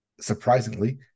surprisingly